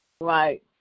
right